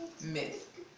Myth